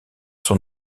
son